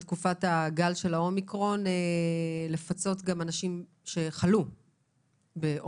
בתקופת הגל של האומיקרון לפצות גם אנשים שחלו באומיקרון.